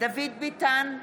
דוד ביטן,